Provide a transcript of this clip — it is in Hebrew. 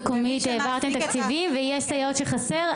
להלן תרגומם: את אומרת לרשות המקומית שהעברתם תקציבים ויש סייעות חסרות.